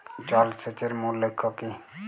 জল সেচের মূল লক্ষ্য কী?